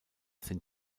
sind